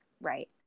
Right